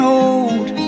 old